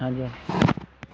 ਹਾਂਜੀ